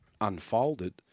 unfolded